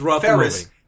Ferris